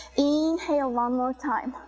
inhale one more time,